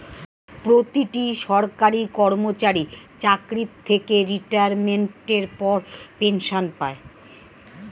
প্রতিটি সরকারি কর্মচারী চাকরি থেকে রিটায়ারমেন্টের পর পেনশন পায়